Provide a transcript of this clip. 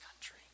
country